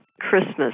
Christmas